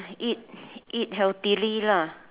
eat eat healthily lah